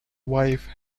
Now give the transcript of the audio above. wife